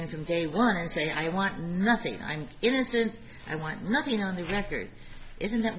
mean from day one saying i want nothing i'm innocent i want nothing on the record isn't that